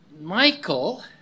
Michael